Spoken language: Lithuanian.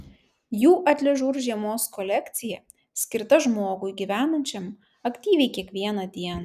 jų atližur žiemos kolekcija skirta žmogui gyvenančiam aktyviai kiekvieną dieną